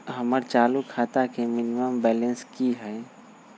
हमर चालू खाता के मिनिमम बैलेंस कि हई?